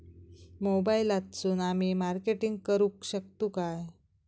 मोबाईलातसून आमी मार्केटिंग करूक शकतू काय?